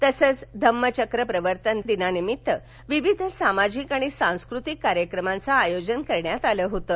तसंच धम्मचक्र परिवर्तन दिनानिम्मित विविध सामाजिक आणि सांस्कृतिक कार्यक्रमाचं आयोजन करण्यात आलं होतं